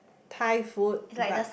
Thai food but